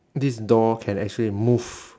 this doll can actually move